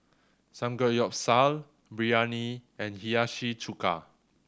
Samgeyopsal Biryani and Hiyashi Chuka